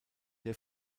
der